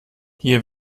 hier